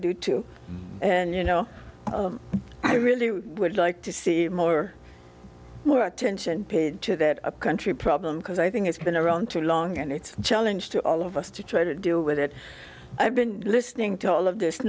do too and you know i really would like to see more more attention paid to that country problem because i think it's been around too long and it's a challenge to all of us to try to deal with it i've been listening to all of this